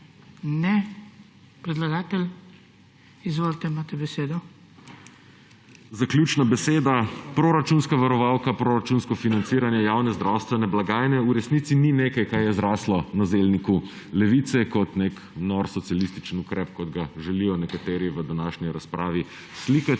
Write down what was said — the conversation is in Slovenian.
Ne. Predlagatelj? Da. Izvolite, imate besedo. MIHA KORDIŠ (PS Levica): Zaključna beseda. Proračunska varovalka, proračunsko financiranje javne zdravstvene blagajne v resnici ni nekaj, kar je zraslo na zelniku Levice kot nek nor socialistični ukrep, kot ga želijo nekateri v današnji razpravi slikati.